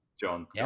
John